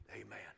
Amen